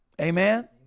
amen